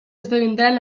esdevindran